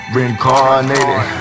Reincarnated